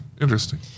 Interesting